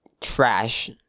trash